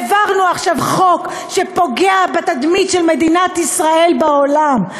העברנו עכשיו חוק שפוגע בתדמית של מדינת ישראל בעולם.